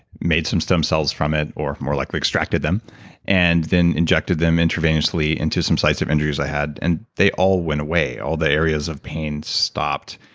made some stem cells from it or more likely extracted them and then injected them intravenously into some sites of injuries i had and they all went away. all the areas of pain stopped,